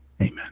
Amen